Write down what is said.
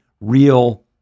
real